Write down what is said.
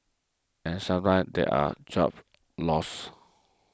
and sometimes there were job losses